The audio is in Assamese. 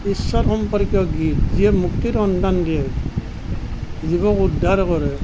ঈশ্বৰ সম্পৰ্কীয় গীত যিয়ে মুক্তিৰ সন্ধান দিয়ে জীৱক উদ্ধাৰ কৰে